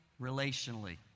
relationally